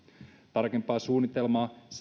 tarkempaa suunnitelmaa